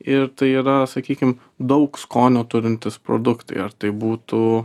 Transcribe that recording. ir tai yra sakykim daug skonio turintys produktai ar tai būtų